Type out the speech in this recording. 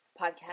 podcast